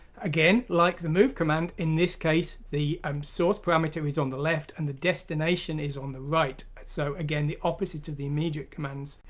again like the move command. in this case the um source parameter is on the left and the destination is on the right. so again the opposite of the immediate commands.